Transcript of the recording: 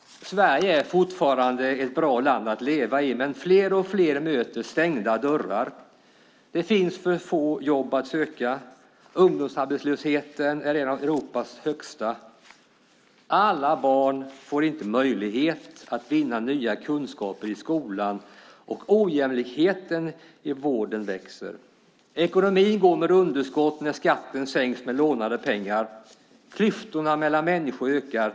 Sverige är fortfarande ett bra land att leva i, men fler och fler möter stängda dörrar. Det finns för få jobb att söka, och ungdomsarbetslösheten är en av Europas högsta. Inte alla barn får möjlighet att vinna nya kunskaper i skolan. Ojämlikheten i vården växer. Ekonomin går med underskott när skatten sänks med lånade pengar. Klyftorna mellan människor ökar.